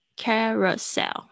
carousel